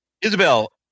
Isabel